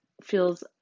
feels